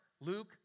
Luke